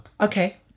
Okay